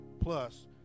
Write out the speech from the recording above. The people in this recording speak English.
plus